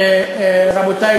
רבותי,